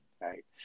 Right